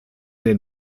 den